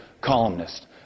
columnist